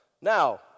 Now